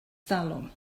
talwm